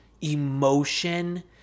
emotion